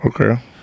Okay